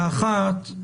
האחת,